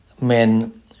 men